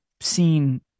seen